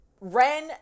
Ren